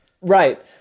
Right